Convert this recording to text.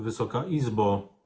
Wysoka Izbo!